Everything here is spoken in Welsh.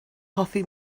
hoffi